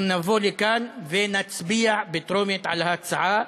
אנחנו נבוא לכאן ונצביע בטרומית על ההצעה,